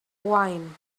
wine